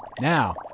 now